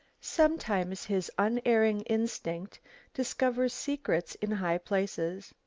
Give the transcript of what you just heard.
sometimes his unerring instinct discovers secrets in high places,